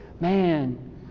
man